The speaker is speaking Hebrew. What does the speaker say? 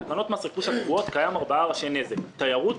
בתקנות מס רכוש הקבועות קיימים ארבעה ראשי נזק: תיירות,